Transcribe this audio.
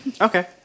Okay